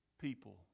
people